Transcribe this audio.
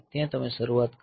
ત્યાં તમે શરૂઆત કરી